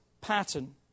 pattern